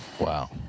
Wow